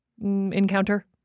encounter